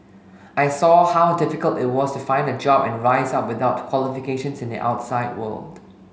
I saw how difficult it was to find a job and rise up without qualifications in the outside world